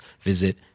visit